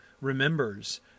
remembers